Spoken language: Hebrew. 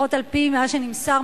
לפחות על-פי מה שנמסר,